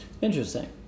interesting